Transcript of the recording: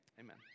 amen